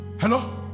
Hello